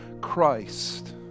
Christ